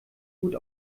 gut